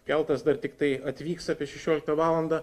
keltas dar tiktai atvyks apie šešioliktą valandą